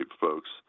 folks